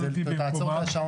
אתה רוצה להוריד משנה לחצי שנה.